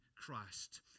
Christ